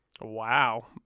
wow